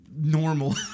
normal